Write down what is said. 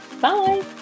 Bye